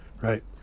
right